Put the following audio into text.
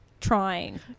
trying